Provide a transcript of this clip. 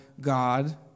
God